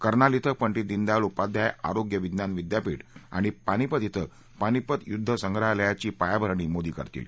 कर्नाल क्रिं पंधित दीनदयाल उपाध्याय आरोग्य विज्ञान विद्यापीठ आणि पानिपत क्वें पानिपत युद्ध संग्रहालयाची पायाभरणी मोदी करतील